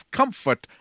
comfort